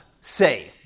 say